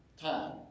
time